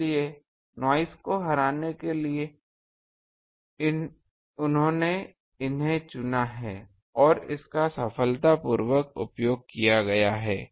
इसलिए नॉइस को हराने के लिए उन्होंने इन्हें चुना है और इसका सफलतापूर्वक उपयोग किया गया है